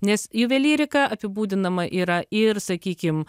nes juvelyrika apibūdinama yra ir sakykim